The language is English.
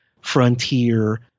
frontier